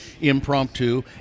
impromptu